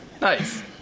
Nice